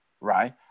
Right